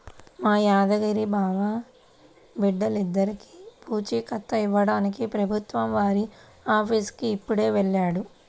మా యాదగిరి బావ బిడ్డర్లకి పూచీకత్తు ఇవ్వడానికి ప్రభుత్వం వారి ఆఫీసుకి ఇప్పుడే వెళ్ళాడు